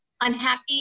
unhappy